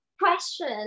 question